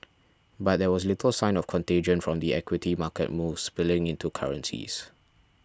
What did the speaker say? but there was little sign of contagion from the equity market moves spilling into currencies